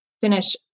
finish